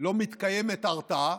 לא מתקיימת הרתעה,